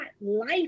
life